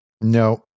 No